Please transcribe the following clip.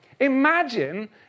Imagine